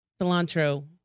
cilantro